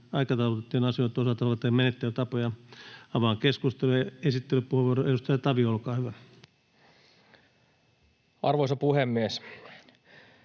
aikataulutettujen asioiden osalta sovittuja menettelytapoja. — Avaan keskustelun. Edustaja Tanus, olkaa hyvä. Arvoisa puhemies!